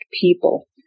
people